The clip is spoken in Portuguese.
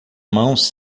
mãos